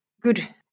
good